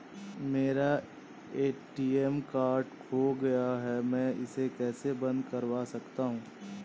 मेरा ATM card खो गया है मैं इसे कैसे बंद करवा सकता हूँ?